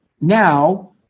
now